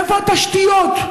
איפה התשתיות?